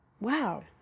Wow